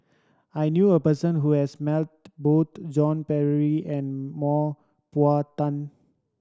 I knew a person who has met both Joan Pereira and Mah Bow Tan